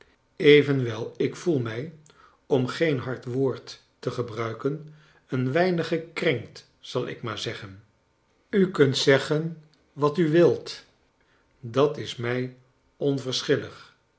evenwel ik voel mij om geen hard woord te gebruiken een weinig gekrenkt zal ik maar zeggen u kunt zeggen wat u wilt dat is mij